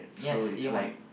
yes A one